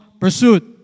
pursuit